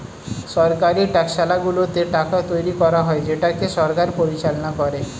সরকারি টাকশালগুলোতে টাকা তৈরী করা হয় যেটাকে সরকার পরিচালনা করে